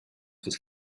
could